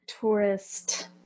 tourist